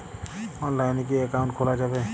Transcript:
অনলাইনে কি অ্যাকাউন্ট খোলা যাবে?